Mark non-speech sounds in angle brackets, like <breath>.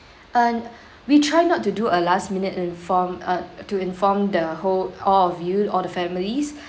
<breath> uh we try not to do a last minute inform uh to inform the whole all of you all the families <breath>